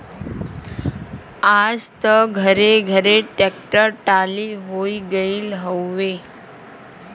आज त घरे घरे ट्रेक्टर टाली होई गईल हउवे